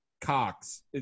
Cox